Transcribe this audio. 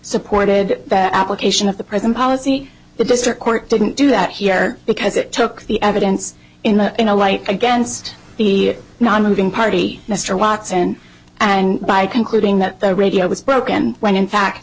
supported that application of the present policy the district court didn't do that here because it took the evidence in a in a light against the nonmoving party mr watson and by concluding that the radio was broken when in fact